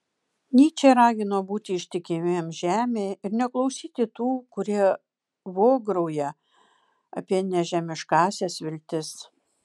nyčė ragino būti ištikimiems žemei ir neklausyti tų kurie vograuja apie nežemiškąsias viltis